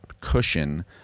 cushion